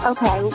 Okay